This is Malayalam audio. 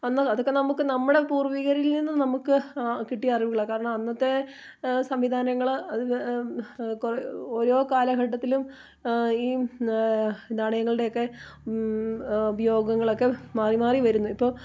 അന്ന് അതൊക്കെ നമുക്ക് നമ്മുടെ പൂർവ്വികരിൽ നിന്ന് നമുക്ക് കിട്ടിയ അറിവുകളാണ് കാരണം അന്നത്തെ സംവിധാനങ്ങൾ അത് ഓരോ കാലഘട്ടത്തിലും ഈ നാണയങ്ങളുടെയൊക്കെ ഉപയോഗങ്ങളൊക്കെ മാറി മാറി വരുന്നു ഇപ്പോൾ